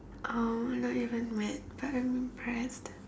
uh not even mad but I'm impressed